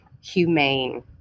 humane